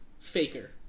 Faker